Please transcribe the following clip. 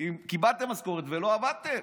אם קיבלתם משכורת ולא עבדתם.